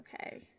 okay